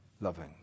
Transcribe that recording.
loving